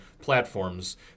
platforms